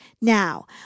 Now